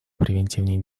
превентивные